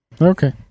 Okay